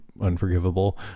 unforgivable